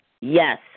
Yes